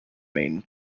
maine